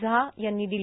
झा यांनी दिली